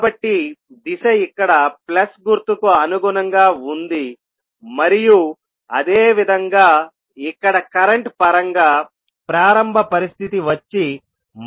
కాబట్టి దిశ ఇక్కడ ప్లస్ గుర్తుకు అనుగుణంగా ఉంది మరియు అదే విధంగా ఇక్కడ కరెంట్ పరంగా ప్రారంభ పరిస్థితి వచ్చి Li0